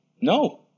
no